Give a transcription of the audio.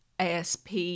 ASP